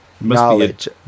knowledge